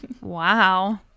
Wow